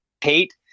hate –